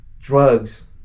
drugs